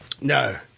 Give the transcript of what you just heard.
no